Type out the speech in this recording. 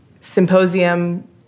Symposium